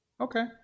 Okay